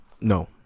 No